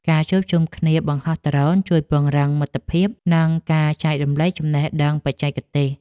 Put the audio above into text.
ការជួបជុំគ្នាបង្ហោះដ្រូនជួយពង្រឹងមិត្តភាព និងការចែករំលែកចំណេះដឹងបច្ចេកទេស។